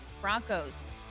Broncos